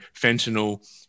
fentanyl